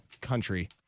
country